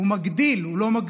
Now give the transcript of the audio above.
הוא מגדיל, הוא לא מגביל.